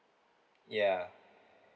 yeah